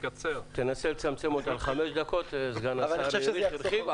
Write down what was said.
תנסה לצמצם אותה לחמש דקות, סגן השר הרחיב.